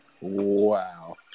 Wow